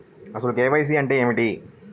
అసలు కే.వై.సి అంటే ఏమిటి?